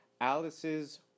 Alice's